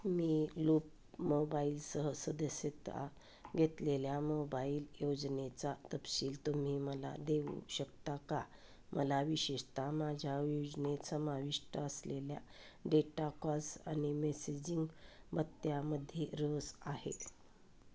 मी Loop मोबाईलसह सदस्यता घेतलेल्या मोबाईल योजनेचा तपशील तुम्ही मला देऊ शकता का मला विशेषतः माझ्या योजनेत समाविष्ट असलेल्या डेटा कॉल्स आणि मेसेजिंग भत्त्यांमध्ये रस आहे